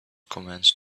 commenced